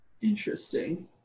Interesting